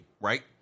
right